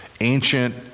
ancient